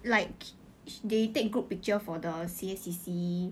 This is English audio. like they take group picture for the C_A_C_C